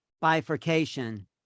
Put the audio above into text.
bifurcation